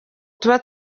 tuba